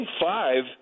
five